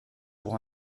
pour